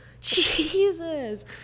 Jesus